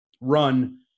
run